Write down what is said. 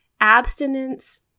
abstinence